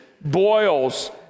boils